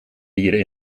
dieren